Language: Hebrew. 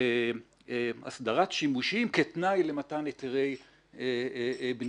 הסדרת שימושים כתנאי למתן היתרי בניה.